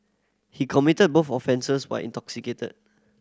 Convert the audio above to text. he committed both offences while intoxicated